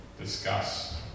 discuss